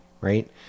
right